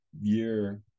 year